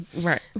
Right